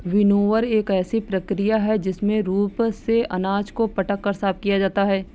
winnower एक ऐसी प्रक्रिया है जिसमें रूप से अनाज को पटक कर साफ करते हैं